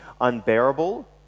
unbearable